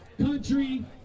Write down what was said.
country